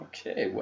Okay